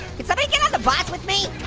could somebody get on the bus with me?